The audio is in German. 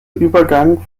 übergang